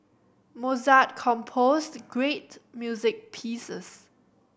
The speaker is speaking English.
Mozart composed great music pieces